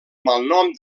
malnom